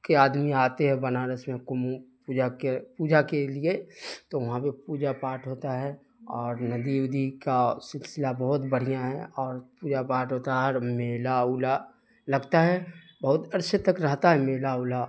کے آدمی آتے ہیں بنارس میں کمبھ پوجا کے پوجا کے لیے تو وہاں پہ پوجا پاٹھ ہوتا ہے اور ندی ودی کا سلسلہ بہت بڑھیا ہے اور پوجا پاٹھ ہوتا ہے اور میلہ وولا لگتا ہے بہت عرصے تک رہتا ہے میلہ وولا